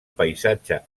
paisatge